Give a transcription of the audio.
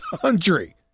country